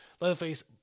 Leatherface